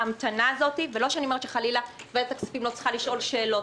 ההמתנה הזאת ולא שאני אומרת שחלילה ועדת הכספים לא צריכה לשאול שאלות,